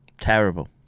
Terrible